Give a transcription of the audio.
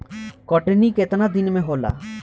कटनी केतना दिन में होला?